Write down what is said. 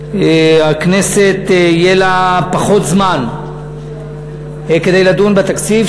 שהכנסת יהיה לה פחות זמן לדון בתקציב,